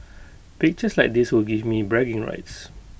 pictures like this will give me bragging rights